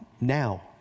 Now